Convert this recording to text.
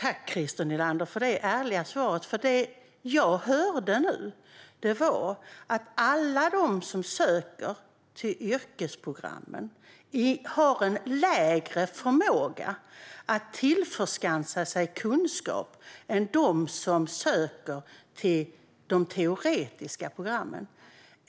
Herr talman! Tack för det ärliga svaret, Christer Nylander! Det jag hörde nu var att alla som söker till yrkesprogrammen har lägre förmåga att tillskansa sig kunskap än de som söker till de teoretiska programmen.